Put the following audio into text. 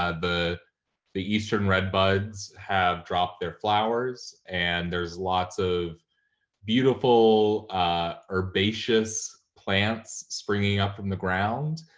ah the the eastern red buds have dropped their flowers and there's lots of beautiful herbaceous plants springing up from the ground,